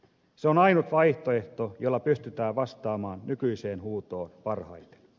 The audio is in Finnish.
se on ainut vaihtoehto jolla pystytään vastaamaan nykyiseen huutoon parhaiten